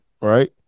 right